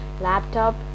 laptop